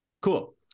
Cool